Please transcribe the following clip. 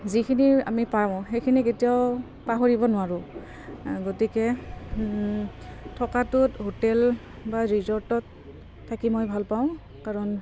যিখিনি আমি পাওঁ সেইখিনি কেতিয়াও পাহৰিব নোৱাৰোঁ গতিকে থকাটোত হোটেল বা ৰিজৰ্টত থাকি মই ভাল পাওঁ কাৰণ